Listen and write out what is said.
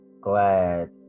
glad